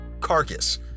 carcass